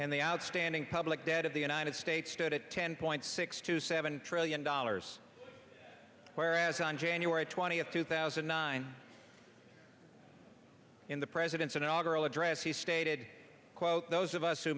and the outstanding public debt of the united states stood at ten point six two seven trillion dollars whereas on january twentieth two thousand and nine in the president's inaugural address he stated quote those of us who